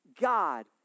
God